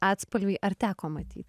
atspalviai ar teko matyt